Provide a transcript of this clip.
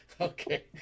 Okay